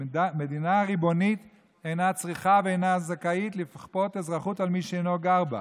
מדינה ריבונית אינה צריכה ואינה זכאית לכפות אזרחות על מי שאינו גר בה.